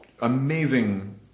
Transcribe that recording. amazing